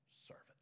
servant